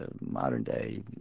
Modern-day